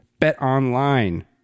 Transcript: BetOnline